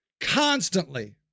constantly